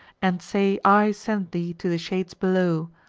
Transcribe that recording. and say i sent thee to the shades below,